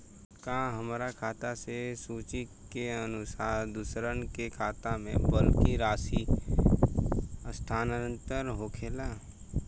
आ हमरा खाता से सूची के अनुसार दूसरन के खाता में बल्क राशि स्थानान्तर होखेला?